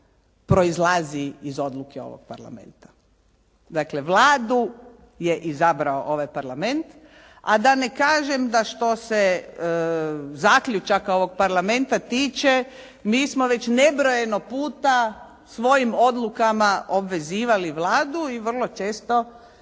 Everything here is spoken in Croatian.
proizlazi iz odluke ovog Parlamenta. Dakle Vladu je izabrao ovaj Parlament, a da ne kažem da što se zaključaka ovog Parlamenta tiče, mi smo već nebrojeno puta svojim odlukama obvezivali Vladu i vrlo često